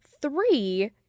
three